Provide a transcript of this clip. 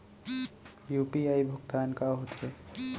UPI भुगतान का होथे?